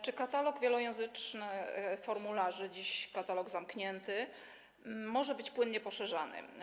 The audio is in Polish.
Czy katalog wielojęzycznych formularzy, dziś katalog zamknięty, może był płynnie poszerzany?